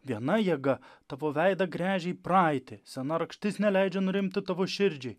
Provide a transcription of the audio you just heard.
viena jėga tavo veidą gręžia į praeitį sena rakštis neleidžia nurimti tavo širdžiai